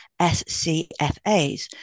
SCFAs